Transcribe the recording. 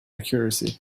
accuracy